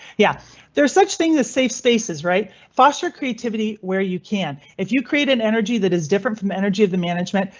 yeah there are such things as safe spaces, right foster creativity where you can. if you create an energy that is different from energy of the management.